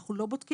אנחנו לא בודקים,